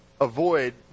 avoid